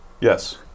Yes